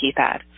keypad